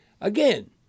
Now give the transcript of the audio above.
again